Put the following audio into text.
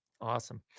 awesome